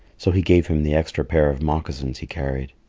so he gave him the extra pair of moccasins he carried.